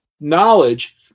knowledge